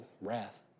Wrath